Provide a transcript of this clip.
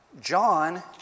John